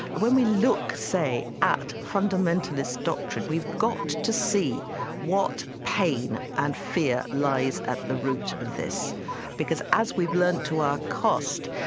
when we look, say, at fundamentalist doctrine, we've got to see what pain and fear lies at the root of this because, as we've learned to our cost,